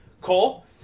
Cole